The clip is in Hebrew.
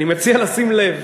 אני מציע לשים לב: